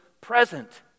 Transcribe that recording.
present